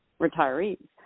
retirees